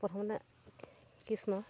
প্ৰথমতে কৃষ্ণ